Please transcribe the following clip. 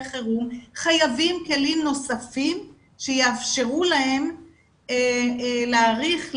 חירום חייבים כלים נוספים שיאפשרו להם להעריך,